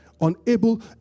Unable